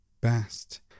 best